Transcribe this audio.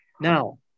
Now